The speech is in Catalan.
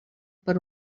per